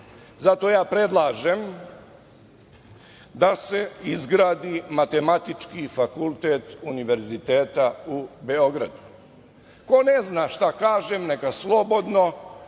Zato ja predlažem da se izgradi matematički fakultet Univerziteta u Beogradu. Ko ne zna šta kažem neka slobodno